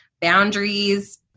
boundaries